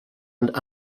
and